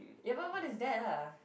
what is that ah